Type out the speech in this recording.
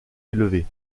élevées